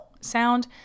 sound